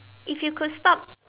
if you could stop